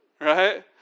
right